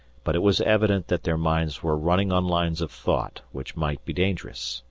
but it was evident that their minds were running on lines of thought which might be dangerous.